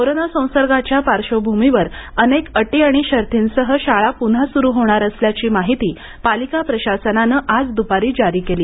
corona संसर्गाच्या पार्श्वभूमीवर अनेक अटी आणि शर्तीसह शाळा पुन्हा सुरू होणार असल्याची माहिती पालिका प्रशासनाने आज दुपारी जारी केली